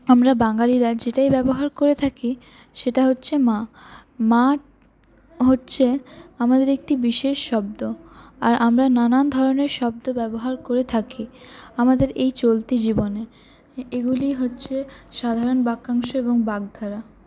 আমরা বাঙালিরা যেটাই ব্যবহার করে থাকি সেটা হচ্ছে মা মা হচ্ছে আমাদের একটি বিশেষ শব্দ আর আমরা নানান ধরণের শব্দ ব্যবহার করে থাকি আমাদের এই চলতি জীবনে এগুলি হচ্ছে সাধারণ বাক্যাংশ এবং বাগধারা